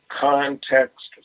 context